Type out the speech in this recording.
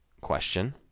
question